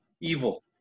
Evil